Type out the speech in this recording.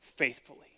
faithfully